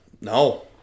No